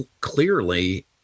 Clearly